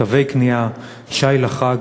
תווי קנייה, שי לחג